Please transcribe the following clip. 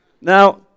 Now